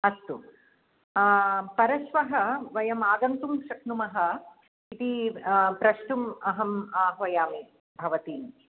अस्तु परश्वः वयम् आगन्तुं शक्नुमः इति प्रष्टुम् अहं आह्वयामि भवतीम्